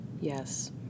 Yes